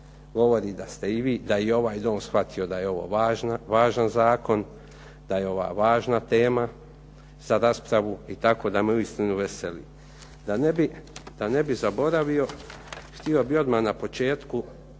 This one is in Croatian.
govori da ste i vi, da je i ovaj Dom shvatio da je ovo važan zakon, da je ova važna tema za raspravu i tako da me uistinu veseli. Da ne bi zaboravio, htio bi odmah na početku